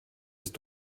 ist